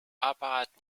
apparat